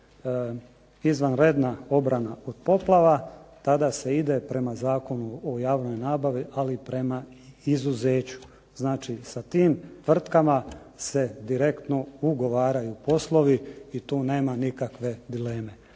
izvanredna obrana od poplava tada se ide prema Zakonu o javnoj nabavi, ali prema izuzeću. Znači sa tim tvrtkama se direktno ugovaraju poslovi i tu nema nikakve dileme.